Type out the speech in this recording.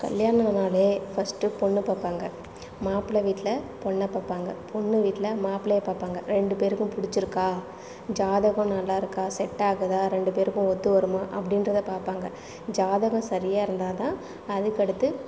கல்யாணோன்னாலே first பொண்ணு பார்ப்பாங்க மாப்பிள வீட்டில் பொண்ணை பார்ப்பாங்க பொண்ணு வீட்டில் மாப்ளையை பார்ப்பாங்க ரெண்டு பேருக்கும் பிடிச்சிருக்கா ஜாதகம் நல்லாருக்கா செட்டாகுதா ரெண்டு பேருக்கும் ஒத்துவருமா அப்படின்றத பார்ப்பாங்க ஜாதகம் சரியாக இருந்தால் தான் அதற்கடுத்து